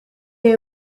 est